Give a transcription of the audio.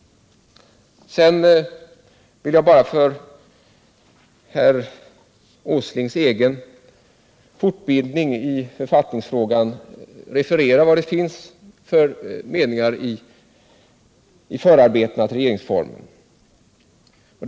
Jag vill för industriministerns fortbildning i författningsfrågan tala om vad som står i förarbetena till regeringsformen.